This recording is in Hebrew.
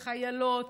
לחיילות,